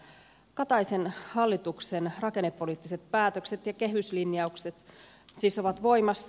kataisen hallituksen rakennepoliittiset päätökset ja kehyslinjaukset siis ovat voimassa